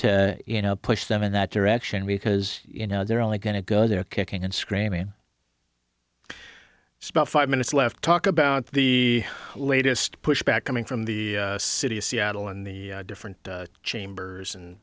to you know push them in that direction because you know they're only going to go there kicking and screaming spent five minutes left talk about the latest pushback coming from the city of seattle and the different chambers and